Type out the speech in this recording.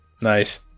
Nice